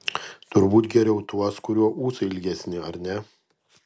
turbūt geriau tuos kurių ūsai ilgesni ar ne